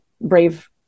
brave